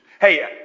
Hey